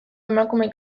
emakume